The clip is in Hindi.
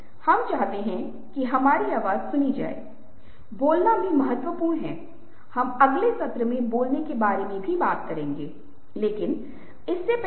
अब ये वे लोग हैं जो मानते हैं कि संचार का मतलब लोगों के साथ बातचीत करना है उन्हें बात करने में आनंद आता है उन्हें बात करना पसंद है जब भी उन्हें अवसर मिलता है वे लोगों के साथ बात करना पसंद करते हैं